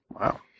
Wow